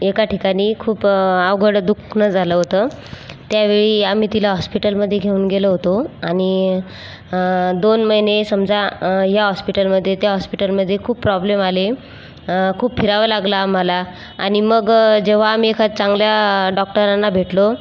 एका ठिकाणी खूप अवघड दुखणं झालं होतं त्यावेळी आम्ही तिला हॉस्पिटलमध्ये घेऊन गेलो होतो आणि दोन महिने समजा या हॉस्पिटलमध्ये त्या हॉस्पिटलमध्ये खूप प्रॉब्लेम आले खूप फिरावं लागलं आम्हाला आणि मग जेव्हा आम्ही एका चांगल्या डॉक्टरांना भेटलो